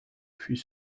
fut